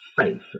faith